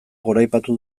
goraipatu